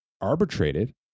arbitrated